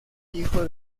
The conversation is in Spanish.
hijo